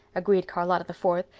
agreed charlotta the fourth,